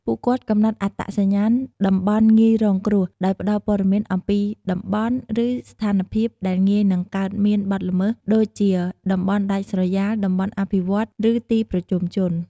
ពួកគាត់កំណត់អត្តសញ្ញាណតំបន់ងាយរងគ្រោះ ដោយផ្ដល់ព័ត៌មានអំពីតំបន់ ឬស្ថានភាពដែលងាយនឹងកើតមានបទល្មើស ដូចជាតំបន់ដាច់ស្រយាល តំបន់អភិវឌ្ឍន៍ ឬទីប្រជុំជន។